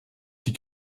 die